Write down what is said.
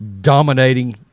dominating